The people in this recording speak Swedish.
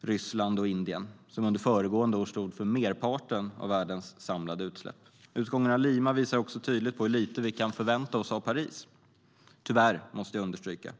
Ryssland och Indien, som under föregående år stod för merparten av världens samlade utsläpp. Utgången av Limamötet visar också tydligt hur lite vi kan förvänta oss av Parismötet - tyvärr, måste jag understryka.